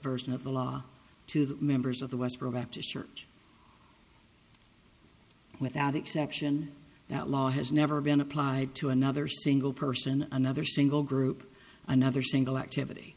version of the law to the members of the westboro baptist church without exception that law has never been applied to another single person another single group another single activity